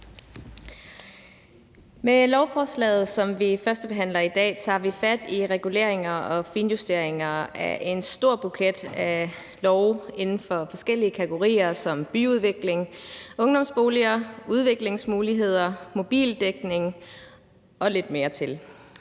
Med lovforslaget, som vi førstebehandler i dag, tager vi fat i reguleringer og finjusteringer af en stor buket af love inden for forskellige kategorier som byudvikling, ungdomsboliger, udviklingsmuligheder, mobildækning og lidt mere til.